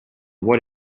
what